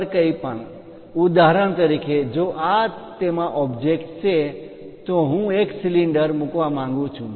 ઉપર કંઈપણ ઉદાહરણ તરીકે જો આ તેમાં ઓબ્જેક્ટ છે તો હું એક સિલિન્ડર મૂકવા માંગુ છું